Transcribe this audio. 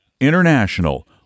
international